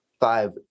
five